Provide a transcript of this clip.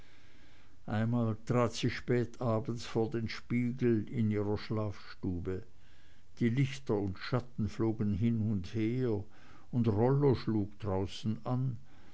einmal trat sie spätabends vor den spiegel in ihrer schlafstube die lichter und schatten flogen hin und her und rollo schlug draußen an